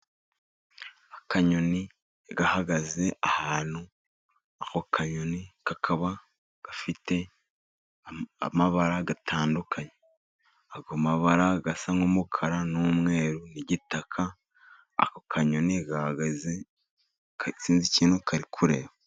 Akanyoni gahagaze ahantu, ako kanyoni kakaba gafite amabara atandukanye. Ayo mabara asa n'umukara n'umweru, n'igitaka. Ako kanyoni gahagaze sinzi ikintu kari kureba.